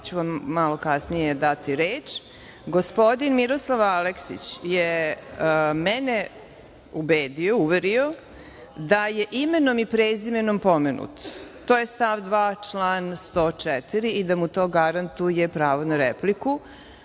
ću vam malo kasnije dati reč. Gospodin Miroslav Aleksić je mene ubedio, uverio da je imenom i prezimenom pomenut. To je stav 2. član 104. i da mu to garantuje pravo na repliku.